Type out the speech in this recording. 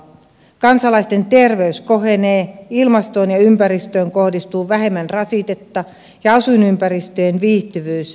kansalaisten terveys kohenee ilmastoon ja ympäristöön kohdistuu vähemmän rasitetta ja asuinympäristöjen viihtyvyys lisääntyy